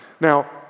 Now